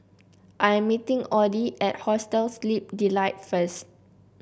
I am meeting Audie at Hostel Sleep Delight first